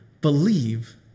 believe